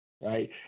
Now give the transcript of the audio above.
right